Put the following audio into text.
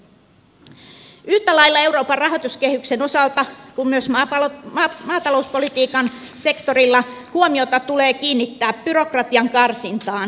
yhtä lailla euroopan rahoituskehyksen osalta kuin myös maatalouspolitiikan sektorilla huomiota tulee kiinnittää byrokratian karsintaan